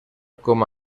com